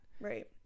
Right